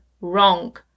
wrong